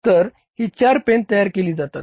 तर ही चार पेन तयार केली जातात